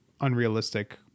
unrealistic